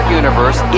universe